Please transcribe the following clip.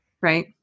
right